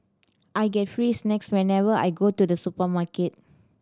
I get free snacks whenever I go to the supermarket